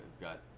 got